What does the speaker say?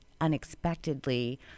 unexpectedly